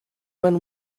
when